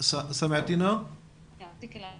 אנחנו משתתפים